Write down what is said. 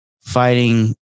fighting